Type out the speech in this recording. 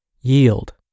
Yield